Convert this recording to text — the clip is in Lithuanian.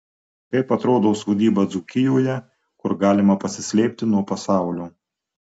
kaip atrodo sodyba dzūkijoje kur galima pasislėpti nuo pasaulio